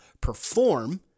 PERFORM